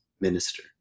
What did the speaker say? minister